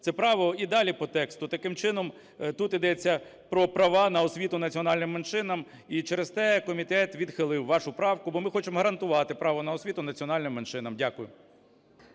Це право…" і далі по тексту. Таким чином, тут йдеться про права на освіту національним меншинам, і через те комітет відхилив вашу правку, бо ми хочемо гарантувати право на освіту національним меншинам. Дякую.